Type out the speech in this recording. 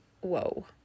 whoa